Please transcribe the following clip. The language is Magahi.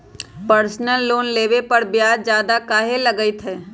पर्सनल लोन लेबे पर ब्याज ज्यादा काहे लागईत है?